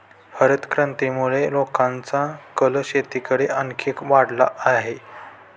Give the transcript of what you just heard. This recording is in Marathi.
हरितक्रांतीमुळे लोकांचा कल शेतीकडे आणखी वाढला आहे